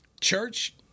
Church